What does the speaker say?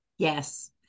Yes